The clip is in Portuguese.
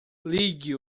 ligue